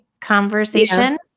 conversation